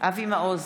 אבי מעוז,